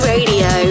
Radio